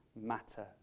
matter